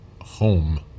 home